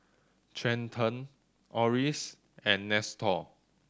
Trenten Orris and Nestor